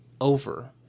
over